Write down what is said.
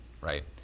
right